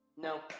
No